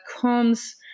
comes